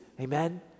amen